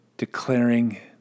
Declaring